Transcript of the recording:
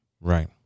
Right